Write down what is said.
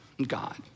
God